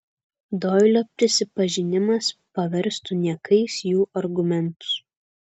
doilio prisipažinimas paverstų niekais jų argumentus